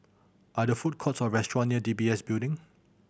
are there food courts or restaurant near D B S Building